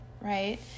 right